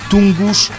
Tungus